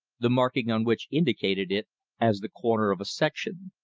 the marking on which indicated it as the corner of a section.